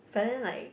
but then like